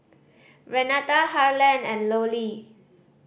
Renata Harlen and Lollie